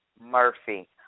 Murphy